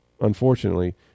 unfortunately